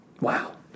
Wow